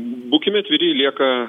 būkim atviri lieka